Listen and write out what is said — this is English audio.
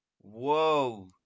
Whoa